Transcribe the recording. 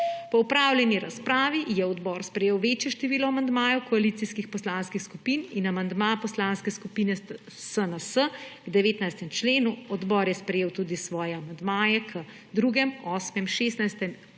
Po opravljeni razpravi je odbor sprejel večje število amandmajev koalicijskih poslanskih skupin in amandma Poslanske skupine SNS k 19. členu. Odbor je sprejel tudi svoje amandmaje k 2., 8., 16.